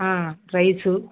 rice